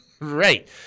Right